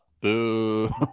Boo